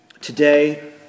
Today